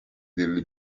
delle